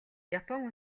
япон